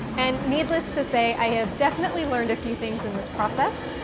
and needless to say i have definitely learned a few things in this process,